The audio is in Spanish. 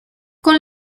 con